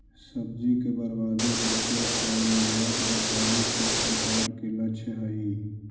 सब्जि के बर्बादी रोके आउ निर्यात बढ़ावे के सरकार के लक्ष्य हइ